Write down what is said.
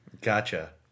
Gotcha